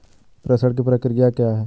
प्रेषण की प्रक्रिया क्या है?